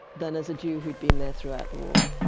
than as a jew who had been there throughout the war.